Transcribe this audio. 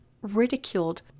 ridiculed